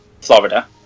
Florida